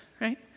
right